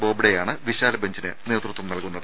ബോബ്ഡെയാണ് വിശാലബഞ്ചിന് നേതൃത്വം നൽകുന്നത്